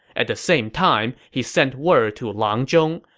at the same time, he sent word to langzhong,